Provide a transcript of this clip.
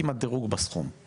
אין כמעט דירוג בסכום,